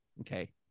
okay